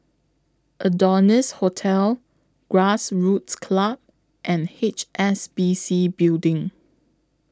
Adonis Hotel Grassroots Club and H S B C Building